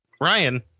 Ryan